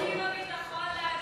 אל תוסיף לתקציב הביטחון להגנה,